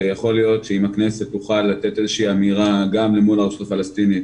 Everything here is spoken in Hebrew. שיכול להיות שאם הכנסת תוכל לתת איזושהי אמירה גם למול הרשות הפלסטינית,